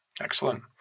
Excellent